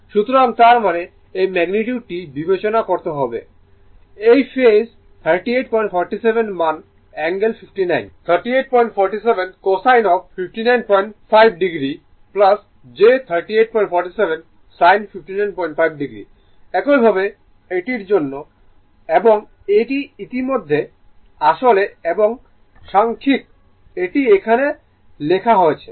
সুতরাং তার মানে এই ম্যাগনিটিউড টি বিবেচনা করতে হবে না এই ফেজ 3847 মানে angle 59 3847 cosine of 595o o j 3847 sine 595 o একইভাবে এটির জন্য এবং এটি ইতিমধ্যে এটি আসল এবং সাংখ্যিক এটি এখানে লেখা হয়েছে